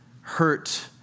hurt